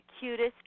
cutest